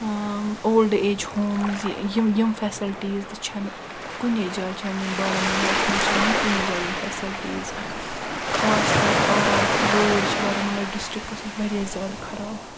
old age homes یِم یِم facilities تہِ چھنہِ کُنی جایہِ چھِنہِ یِم بارہمولاہس منٛز چھِنہٕ یِم کُنے جایہِ چھِنہِ یم فیسلٹیٖز خاص کر آب روڈ چھِ بارہمولہ ڈِسٹرٛکس واریاہ زیادٕ خراب